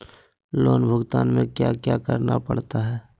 loan भुगतान में क्या क्या करना पड़ता है